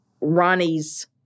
Ronnie's